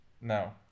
No